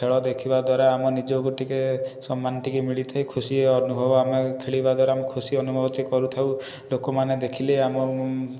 ଖେଳ ଦେଖିବା ଦ୍ୱାରା ଆମ ନିଜକୁ ଟିକିଏ ସମ୍ମାନ ଟିକିଏ ମିଳିଥାଏ ଖୁସି ଅନୁଭବ ଆମେ ଖେଳିବା ଦ୍ୱାରା ଆମେ ଖୁସି ଅନୁଭବ ଟିକିଏ କରୁଥାଉ ଲୋକମାନେ ଦେଖିଲେ ଆମ